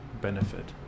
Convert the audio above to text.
benefit